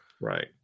Right